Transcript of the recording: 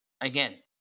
again